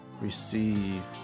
receive